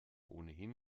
ohnehin